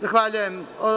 Zahvaljujem.